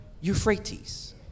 Euphrates